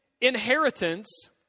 inheritance